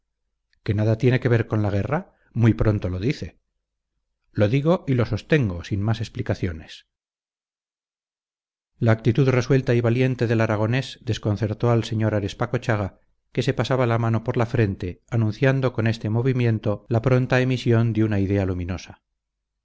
que nada tiene que ver con la guerra muy pronto lo dice lo digo y lo sostengo sin más explicaciones la actitud resuelta y valiente del aragonés desconcertó al sr arespacochaga que se pasaba la mano por la frente anunciando con este movimiento la pronta emisión de una idea luminosa